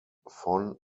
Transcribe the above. von